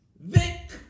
Vic